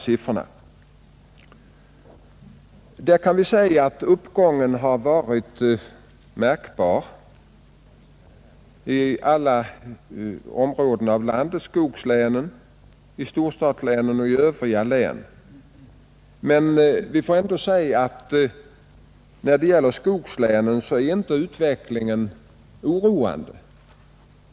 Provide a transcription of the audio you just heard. Vi kan säga att uppgången har varit märkbar i alla områden av landet — i skogslänen, i storstadslänen och i övriga län. När det gäller skogslänen är emellertid utvecklingen inte oroande.